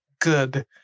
good